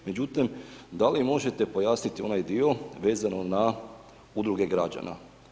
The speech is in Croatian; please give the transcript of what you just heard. Međutim, da li možete pojasniti onaj dio vezano na Udruge građana.